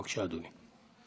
בבקשה, אדוני.